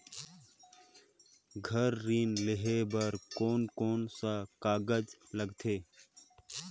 घर ऋण लेहे बार कोन कोन सा कागज लगथे?